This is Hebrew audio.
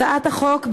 הצעת החוק,